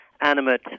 animate